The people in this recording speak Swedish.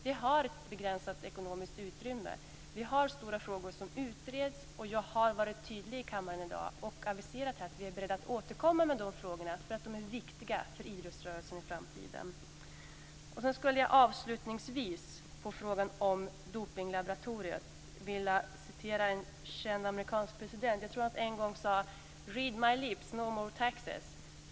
Vi har ett begränsat ekonomiskt utrymme, vi har stora frågor som utreds och jag har varit tydlig i kammaren i dag och aviserat att vi är beredda att återkomma med de frågorna, eftersom de är viktiga för idrottsrörelsen i framtiden. Avslutningsvis skulle jag, på frågan om Dopinglaboratoriet, vilja citera en känd amerikansk president. Jag tror att han en gång sade: Read my lips: No more taxes!